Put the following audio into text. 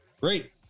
Great